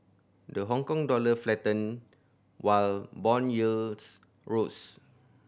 the Hongkong dollar faltered while bond yields rose